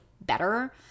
better